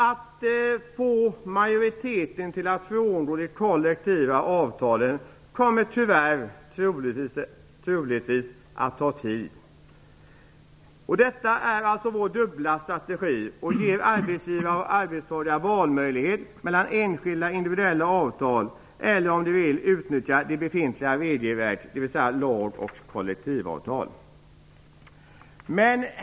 Att få majoriteten att frångå det kollektiva kommer troligen att ta tid - tyvärr. Det här är alltså vår dubbla strategi, som ger arbetsgivare och arbetstagare valmöjlighet mellan enskilda individuella avtal och befintligt regelverk, dvs. lag och kollektivavtal.